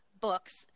books